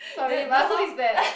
sorry but who is that